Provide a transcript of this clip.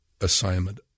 assignment